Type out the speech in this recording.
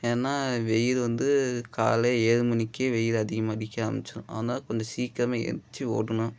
ஏன்னால் வெயில் வந்து காலை ஏழு மணிக்கே வெயில் அதிகமாக அடிக்க ஆரமிச்சுரும் அதனால் கொஞ்சம் சீக்கிரமாக எழுந்திச்சி ஓடணும்